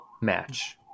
match